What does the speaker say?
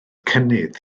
cynnydd